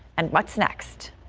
and what's next.